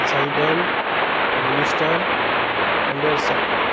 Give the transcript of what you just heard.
ज़ाइडन minister Anderson